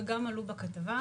וגם עלו בכתבה.